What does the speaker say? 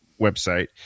website